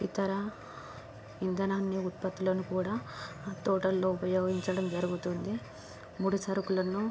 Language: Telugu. ఇతర ఇంధనాన్ని ఉత్పత్తులను కూడా తోటల్లో ఉపయోగించడం జరుగుతుంది ముడి సరుకులను